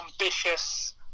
ambitious